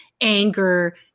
anger